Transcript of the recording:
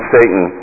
Satan